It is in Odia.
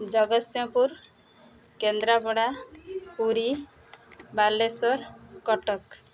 ଜଗତସିଂହପୁର କେନ୍ଦ୍ରାପଡ଼ା ପୁରୀ ବାଲେଶ୍ୱର କଟକ